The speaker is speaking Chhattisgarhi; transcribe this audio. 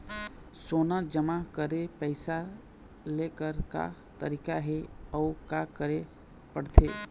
सोना जमा करके पैसा लेकर का तरीका हे अउ का करे पड़थे?